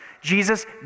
Jesus